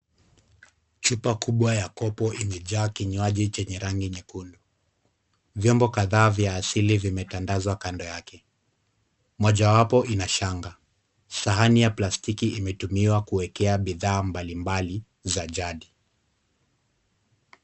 Chupa kubwa ya kopo imejaa kinywaji chenye rangi nyekundu. Vyombo kadhaa vya asili vimetandazwa kando yake, moja wapo ina shanga. Sahani ya plastiki imetumiwa kuwekea bidhaa mbalimbali za jadi.